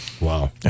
Wow